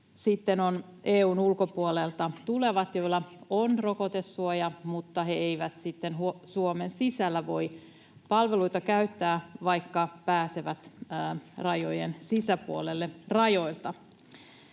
sitten EU:n ulkopuolelta tulevat, joilla on rokotesuoja mutta jotka eivät sitten Suomen sisällä voi palveluita käyttää, vaikka pääsevät rajojen sisäpuolelle rajoilta.